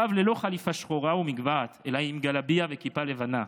רב ללא חליפה שחורה ומגבעת אלא עם גלביה וכיפה לבנה,